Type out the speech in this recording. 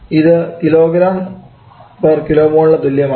ഇത് kilogram kilo മോളിന് തുല്യമാണ്